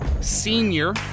Senior